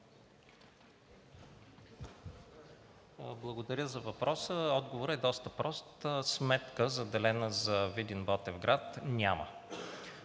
Благодаря за въпроса. Отговорът е доста прост. Сметка, заделена за Видин – Ботевград, няма.